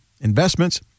investments